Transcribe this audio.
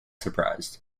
surprised